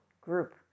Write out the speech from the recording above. group